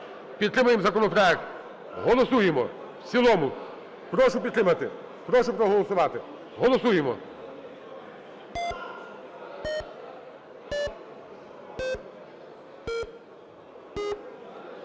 підтримаємо законопроект, голосуємо в цілому. Прошу підтримати, прошу проголосувати, голосуємо.